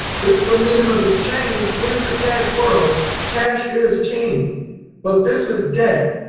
this is a medium of exchange it is a cash world cash is king but this is debt.